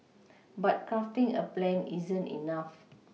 but crafting a plan isn't enough